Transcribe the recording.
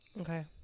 Okay